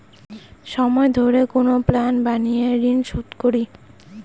সময় ধরে কোনো প্ল্যান বানিয়ে ঋন শুধ করি